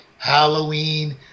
halloween